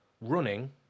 Running